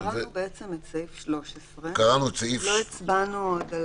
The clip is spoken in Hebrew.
קראנו את סעיף 13, רק לא הצבענו.